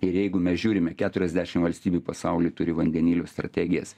ir jeigu mes žiūrime keturiasdešim valstybių pasauly turi vandenilio strategijas